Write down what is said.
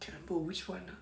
which [one] ah